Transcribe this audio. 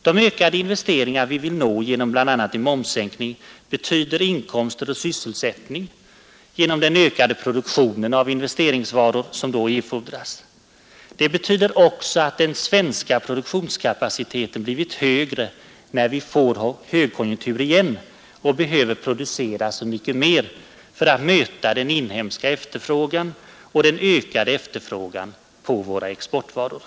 De ökade investeringar vi vill uppnå med hjälp av bl.a. en momssänkning betyder inkomster och sysselsättning genom den ökade produktion av investeringsvaror som då erfordras. Det betyder också att den svenska produktionskapaciteten blir högre när vi får högkonjunktur igen och behöver producera mycket mer för att möta den inhemska efterfrågan och den ökade efterfrågan på våra exportvaror.